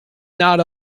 not